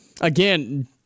again